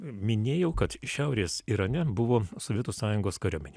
minėjau kad šiaurės irane buvo sovietų sąjungos kariuomenė